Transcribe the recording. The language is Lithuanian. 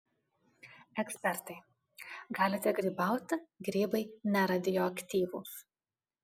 ekspertai galite grybauti grybai neradioaktyvūs